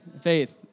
Faith